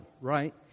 right